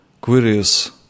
queries